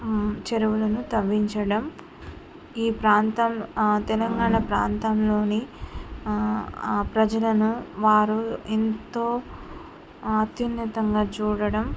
చెరువులను తవ్వించడం ఈ ప్రాంతం తెలంగాణ ప్రాంతంలోని ఆ ప్రజలను వారు ఎంతో అత్యున్నతంగా చూడడం